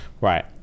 Right